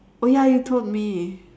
oh ya you told me